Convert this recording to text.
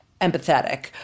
empathetic